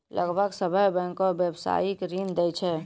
लगभग सभ्भे बैंकें व्यवसायिक ऋण दै छै